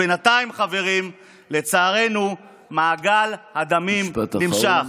בינתיים, חברים, לצערנו, מעגל הדמים נמשך.